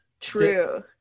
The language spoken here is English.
True